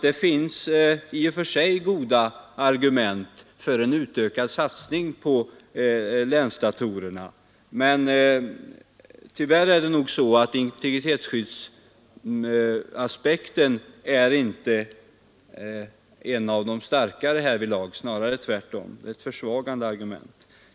Det finns alltså i och för sig goda argument för en utökad satsning på länsdatorerna, men tyvärr är det nog så att integritetsskyddsaspekten inte är ett av de starkare härvidlag, snarare är det ett försvagande argument.